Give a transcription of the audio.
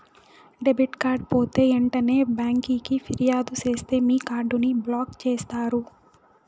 debit card పోతే ఎంటనే బ్యాంకికి ఫిర్యాదు సేస్తే మీ కార్డుని బ్లాక్ చేస్తారు